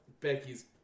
Becky's